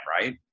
right